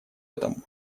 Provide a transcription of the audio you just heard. этом